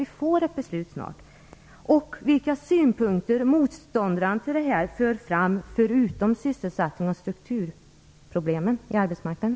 Jag vill också fråga vilka synpunkter motståndarna för fram förutom sysselsättnings och strukturproblem på arbetsmarknaden.